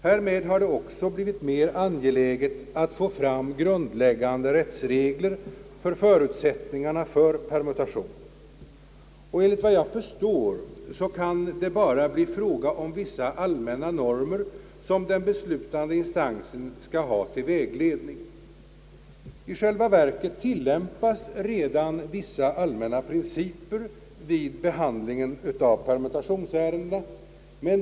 Härmed har det också blivit mer angeläget att få fram grundläggande rättsregler om förutsättningarna för permutation. Enligt vad jag kan förstå kan det bara bli fråga om vissa allmänna normer, som den beslutande instansen skall ha till vägledning. I själva verket tillämpas redan vissa allmänna principer vid behandling av permutationssärenden.